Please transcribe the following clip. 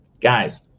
Guys